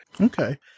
Okay